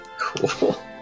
Cool